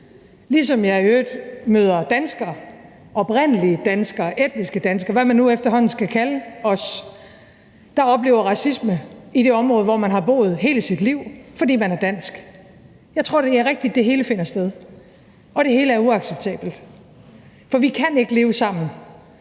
ligesom jeg i øvrigt møder danskere, oprindelige danskere, etniske danskere, hvad man nu efterhånden skal kalde os, der oplever racisme i det område, hvor man har boet hele sit liv, fordi man er dansk. Jeg tror, det er rigtigt, at det hele finder sted, og det hele er uacceptabelt. For vi kan ikke leve sammen,